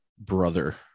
brother